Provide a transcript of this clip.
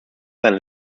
seine